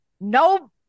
no